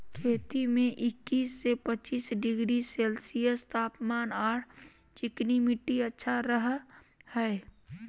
खेती में इक्किश से पच्चीस डिग्री सेल्सियस तापमान आर चिकनी मिट्टी अच्छा रह हई